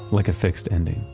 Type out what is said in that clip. like a fixed ending.